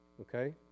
okay